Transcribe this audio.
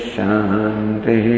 Shanti